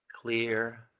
clear